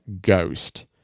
Ghost